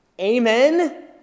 Amen